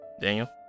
daniel